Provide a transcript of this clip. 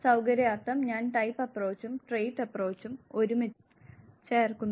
സൌകര്യാർത്ഥം ഞാൻ ടൈപ്പ് അപ്രോച്ചും ട്രെയ്റ്റ് അപ്പ്രോച്ചും ഒരുമിച്ച് ചേർക്കുന്നു